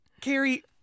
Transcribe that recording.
Carrie